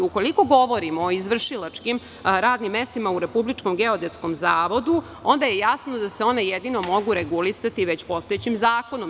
Ukoliko govorimo o izvršilačkim a radnim mestima u Republičkom geodetskom zavodu, onda je jasno da se ona jedino mogu regulisati već postojećim zakonom.